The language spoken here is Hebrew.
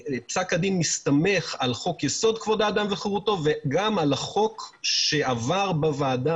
פסק הדין מסתמך על חוק יסוד: כבוד האדם וחירותו וגם על החוק שעבר בוועדת